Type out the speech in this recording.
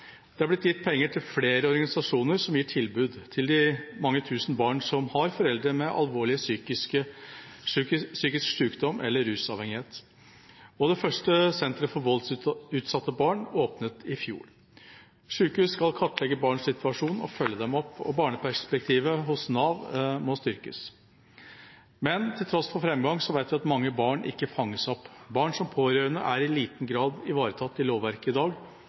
Det har blitt gitt penger til flere organisasjoner som gir tilbud til de mange tusen barn som har foreldre med alvorlig psykisk sykdom eller rusavhengighet, og det første senteret for voldsutsatte barn åpnet i fjor. Sykehus skal kartlegge barnas situasjon og følge dem opp, og barneperspektivet hos Nav må styrkes. Men til tross for framgang vet vi at mange barn ikke fanges opp. Barn som pårørende er i liten grad ivaretatt i lovverket i dag